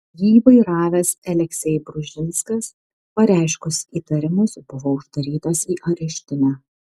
jį vairavęs aleksej bružinskas pareiškus įtarimus buvo uždarytas į areštinę